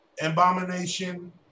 Abomination